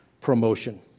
promotion